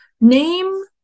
name